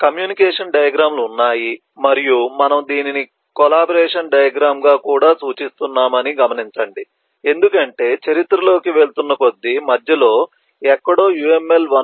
communication diagram లు ఉన్నాయి మరియు మనము దీనిని కొలాబరేషన్ డయాగ్రమ్ గా కూడా సూచిస్తున్నామని గమనించండి ఎందుకంటే చరిత్ర లోకి వెళుతున్న కొద్దీ మధ్యలో ఎక్కడో UML 1